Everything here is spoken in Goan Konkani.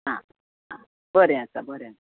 आं आं बरें आसा बरें आसा